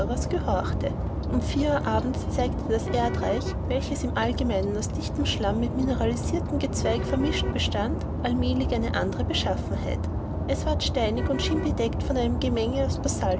gehorchte um vier uhr abends zeigte das erdreich welches im allgemeinen aus dichtem schlamm mit mineralisirtem gezweig vermischt bestand allmälig eine andere beschaffenheit es ward steinig und schien bedeckt mit einem gemenge von